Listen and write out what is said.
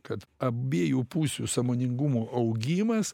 kad abiejų pusių sąmoningumo augimas